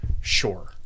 Sure